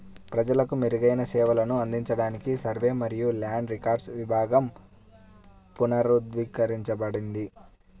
ప్రజలకు మెరుగైన సేవలను అందించడానికి సర్వే మరియు ల్యాండ్ రికార్డ్స్ విభాగం పునర్వ్యవస్థీకరించబడింది